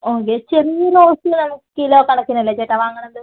okay ചെറിയ rose kilo കണക്കിനല്ലേ ചേട്ടാ വാങ്ങണത്